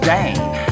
Dane